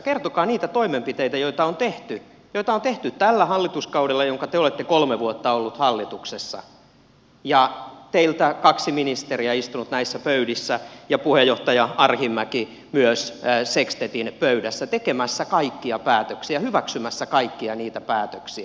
kertokaa niitä toimenpiteitä joita on tehty tällä hallituskaudella josta te olette kolme vuotta olleet hallituksessa teiltä kaksi ministeriä on istunut näissä pöydissä ja puheenjohtaja arhinmäki myös sekstetin pöydässä tekemässä kaikkia päätöksiä hyväksymässä kaikkia niitä päätöksiä